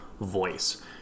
voice